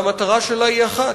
והמטרה שלה היא אחת.